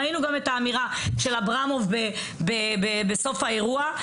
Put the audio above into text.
ראינו גם את האמירה של אברמוב בסוף האירוע.